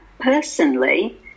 personally